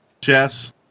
Chess